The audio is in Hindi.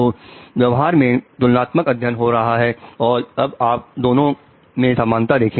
तो व्यवहार में तुलनात्मक अध्ययन हो रहा है और अब आप दोनों में समानता देखें